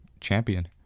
champion